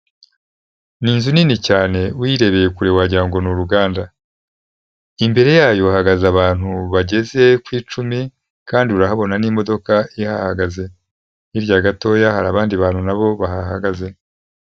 Ni inzu nini cyane uyirebeye kure wagira ngo ni uruganda, imbere yayo hahagaze abantu bageze ku icumi kandi urahabona n'imodoka ihahagaze, hirya gatoya hari abandi bantu nabo bahahagaze.